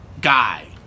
guy